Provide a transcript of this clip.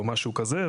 או משהו כזה,